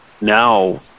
now